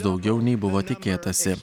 daugiau nei buvo tikėtasi